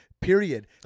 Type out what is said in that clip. period